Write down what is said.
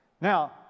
Now